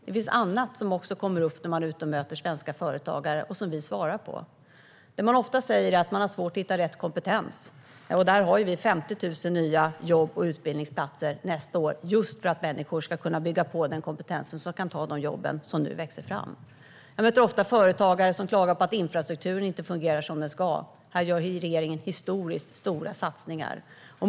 Det finns annat som också kommer upp när man är ute och möter svenska företagare och som vi svarar på. Det man ofta säger är att man har svårt att hitta rätt kompetens. Vi har 50 000 nya jobb och utbildningsplatser nästa år, just för att människor ska kunna bygga på kompetensen så att de kan ta de jobb som nu växer fram. Jag möter ofta företagare som klagar på att infrastrukturen inte fungerar som den ska. Här gör regeringen historiskt stora satsningar.